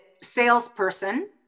salesperson